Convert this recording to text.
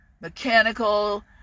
mechanical